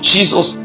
Jesus